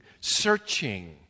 searching